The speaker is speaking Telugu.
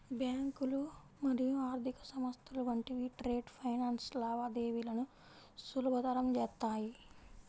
బ్యాంకులు మరియు ఆర్థిక సంస్థలు వంటివి ట్రేడ్ ఫైనాన్స్ లావాదేవీలను సులభతరం చేత్తాయి